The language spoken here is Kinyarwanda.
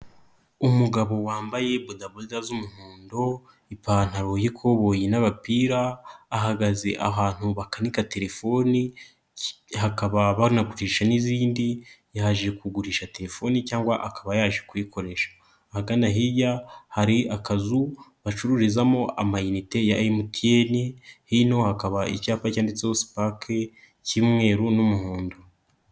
Umugabo wambaye bodaboda z'umuhondo, ipantaro y'ikoboyi n'abapira ahagaze ahantu ba bakanika telefoni, hakaba banagurisha n'izindi yaje kugurisha telefoni cyangwa akaba yaje kuyikoresha, ahagana hirya hari akazu bacururizamo amayinite ya MTN hino hakaba icyapa cyanditseho Sipake cy'umweru n'umuhondo.